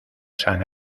san